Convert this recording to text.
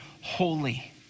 holy